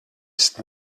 ist